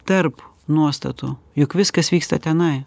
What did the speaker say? tarp nuostatų juk viskas vyksta tenai